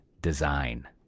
design